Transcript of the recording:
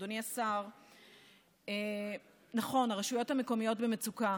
אדוני השר, נכון, הרשויות המקומיות במצוקה.